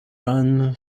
run